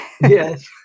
Yes